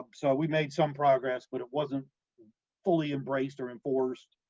um so we made some progress, but it wasn't fully embraced or enforced,